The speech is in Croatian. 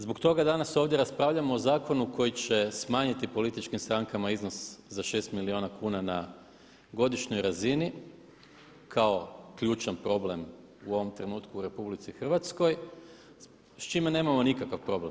Zbog toga danas ovdje raspravljamo o zakonu koji će smanjiti političkim strankama iznos za 6 milijuna kuna na godišnjoj razini kao ključan problem u ovom trenutku u RH s čime nemamo nikakav problem.